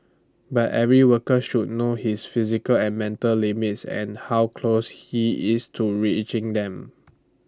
but every worker should know his physical and mental limits and how close he is to reaching them